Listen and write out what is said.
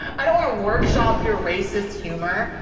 i don't want to workshop your racist humor,